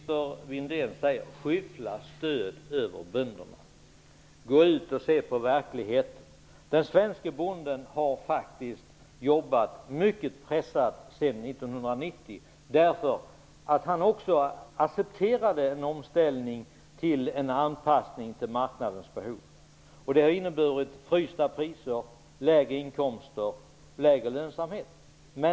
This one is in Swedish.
Herr talman! Christer Windén säger att vi skyfflar stöd över bönderna. Gå ut och se på verkligheten! Den svenske bonden har faktiskt jobbat mycket pressat sedan 1990 därför att han accepterade en omställning och en anpassning till marknadens behov. Det har inneburit frysta priser, lägre inkomster och sämre lönsamhet.